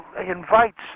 invites